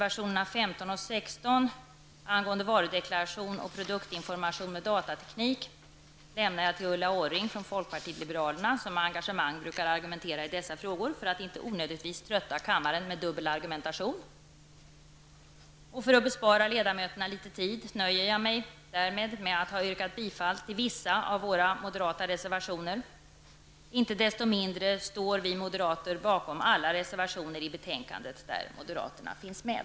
angående varudeklaration och produktinformation med datateknik överlämnar jag till Ulla Orring från folkpartiet liberalerna, som med engagemang brukar argumentera i dessa frågor -- detta för att inte onödigtvis trötta kammaren med dubbel argumentering. För att bespara ledamöterna litet tid har jag nöjt mig med att yrka bifall till vissa av våra reservationer. Icke desto mindre står vi moderater bakom alla reservationer i betänkandet där moderaterna finns med.